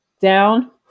down